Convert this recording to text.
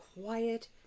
quiet